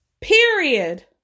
period